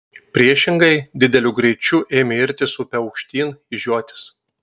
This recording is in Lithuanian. priešingai dideliu greičiu ėmė irtis upe aukštyn į žiotis